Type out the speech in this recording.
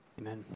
Amen